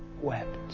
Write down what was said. wept